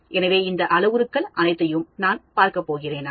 எனவே இந்த அளவுருக்கள் அனைத்தையும் நான் பார்க்கப்போகிறேனா